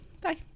bye